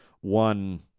one